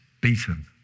beaten